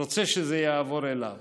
רוצה שזה יעבור אליו.